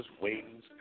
Wings